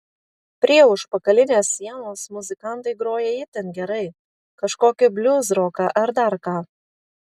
prie užpakalinės sienos muzikantai groja itin gerai kažkokį bliuzroką ar dar ką